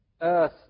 Earth